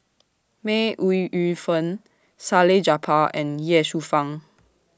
May Ooi Yu Fen Salleh Japar and Ye Shufang